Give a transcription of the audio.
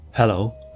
Hello